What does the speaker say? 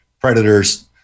predators